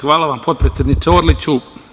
Hvala vam potpredsedniče Orliću.